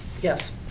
Yes